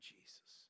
Jesus